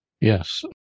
Yes